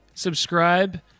Subscribe